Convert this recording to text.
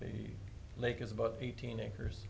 the lake is about eighteen acres